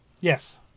yes